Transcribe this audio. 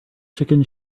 chicken